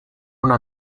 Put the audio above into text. una